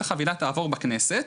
אם עסקת החבילה תעבור בכנסת,